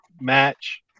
match